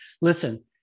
listen